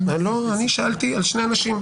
שאלתי על שני אנשים.